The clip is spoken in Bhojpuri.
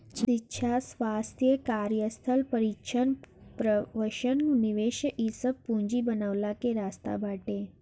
शिक्षा, स्वास्थ्य, कार्यस्थल प्रशिक्षण, प्रवसन निवेश इ सब पूंजी बनवला के रास्ता बाटे